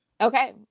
Okay